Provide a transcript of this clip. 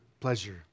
pleasure